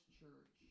church